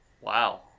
Wow